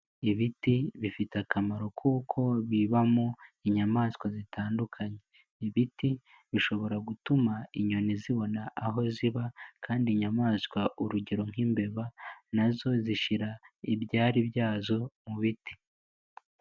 Ibiti bifite akamaro kuko bibamo inyamaswa zitandukanye. Ibiti bishobora gutuma inyoni zibona aho ziba, kandi inyamaswa urugero nk'imbeba, nazo zishira ibyari byazo mu biti.